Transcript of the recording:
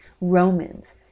Romans